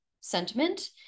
sentiment